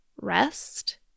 rest